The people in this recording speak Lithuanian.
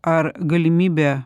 ar galimybė